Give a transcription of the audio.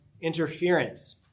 interference